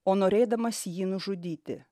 o norėdamas jį nužudyti